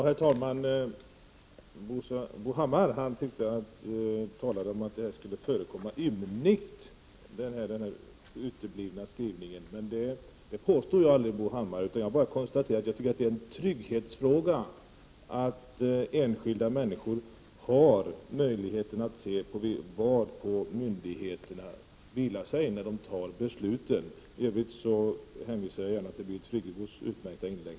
Herr talman! Bo Hammar talade om att uteblivna motiveringar enligt vår uppfattning skulle förekomma ymnigt. Men det påstod jag aldrig, Bo Hammar, utan jag bara konstaterade att det är en trygghetsfråga att enskilda människor har möjlighet att se varpå myndigheterna stöder sig när de fattar besluten. I övrigt hänvisar jag gärna till Birgit Friggebos utmärkta inlägg här.